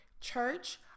church